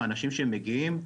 אנשים שמגיעים,